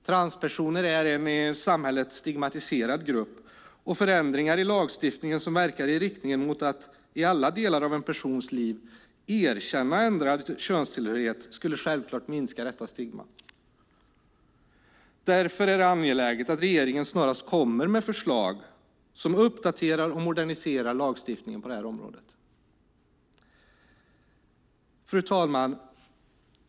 Transpersoner är en i samhället stigmatiserad grupp, och förändringar i lagstiftningen som verkar i riktning mot att i alla delar av en persons liv erkänna ändrad könstillhörighet skulle självklart minska detta stigma. Därför är det angeläget att regeringen snarast kommer med förslag som uppdaterar och moderniserar lagstiftningen på detta område. Fru talman!